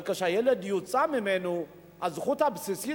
אבל כשהילד יוצא ממנו הזכות הבסיסית